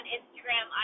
Instagram